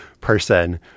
person